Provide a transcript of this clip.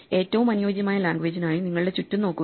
ഏറ്റവും അനുയോജ്യമായ ലാംഗ്വേജിനായി നിങ്ങളുടെ ചുറ്റും നോക്കുക